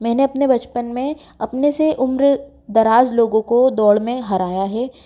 मैंने अपने बचपन में अपने से उम्र दराज लोगों को दौड़ में हराया है